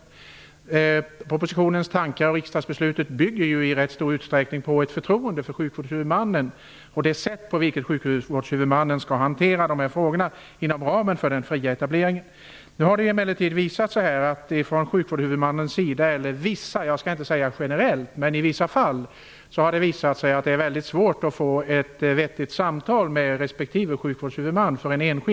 Tankarna i propositionen och bakom riksdagsbeslutet bygger i stor utsträckning på ett förtroende för sjukvårdshuvudmannens sätt att hantera dessa frågor inom ramen för den fria etableringen. Det har emellertid nu visat sig att det i vissa fall -- jag skall inte säga att det gäller generellt -- är mycket svårt för en enskild sjukgymnast som vill etablera sig att få till stånd ett vettigt samtal med respektive sjukvårdshuvudman.